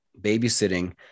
babysitting